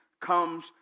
comes